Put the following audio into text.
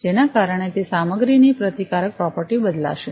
જેના કારણે તે સામગ્રીની પ્રતિકારક પ્રોપર્ટી બદલાશે